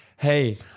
Hey